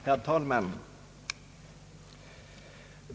Herr talman!